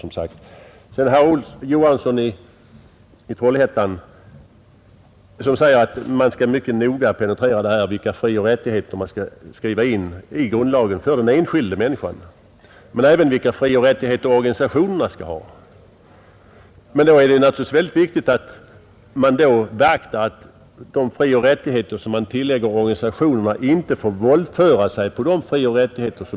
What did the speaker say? Herr Johansson i Trollhättan säger att man mycket noga skall penetrera vilka frioch rättigheter som bör skrivas in i grundlagen för den enskilda människan men även vilka frioch rättigheter organisationerna skall ha. Det är naturligtvis väldigt viktigt att man då beaktar att de frioch rättigheter man tillägger organisationerna inte får våldföra sig på den enskildes frioch rättigheter.